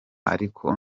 ariko